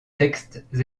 textes